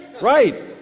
right